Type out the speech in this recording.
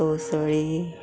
तोवसळी